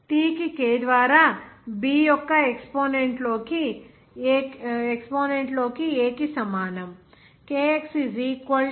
T కి K ద్వారా B యొక్క ఎక్సపోనెంట్ లోకి A కి సమానం kx K U 0